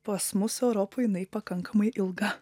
pas mus europoj jinai pakankamai ilga